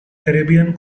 caribbean